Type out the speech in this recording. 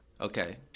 Okay